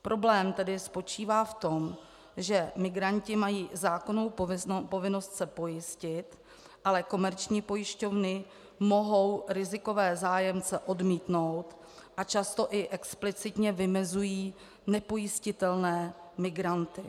Problém tedy spočívá v tom, že migranti mají zákonnou povinnost se pojistit, ale komerční pojišťovny mohou rizikové zájemce odmítnout a často i explicitně vymezují nepojistitelné migranty.